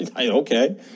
okay